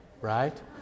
right